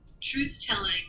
truth-telling